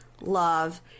love